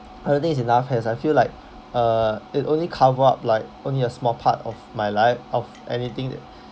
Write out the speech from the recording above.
I don't think it's enough as I feel like uh it only cover up like only a small part of my life of anything that